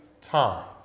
time